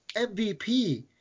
MVP